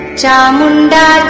Chamunda